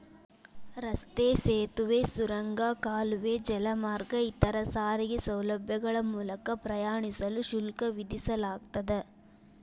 ರಸ್ತೆ ಸೇತುವೆ ಸುರಂಗ ಕಾಲುವೆ ಜಲಮಾರ್ಗ ಇತರ ಸಾರಿಗೆ ಸೌಲಭ್ಯಗಳ ಮೂಲಕ ಪ್ರಯಾಣಿಸಲು ಶುಲ್ಕ ವಿಧಿಸಲಾಗ್ತದ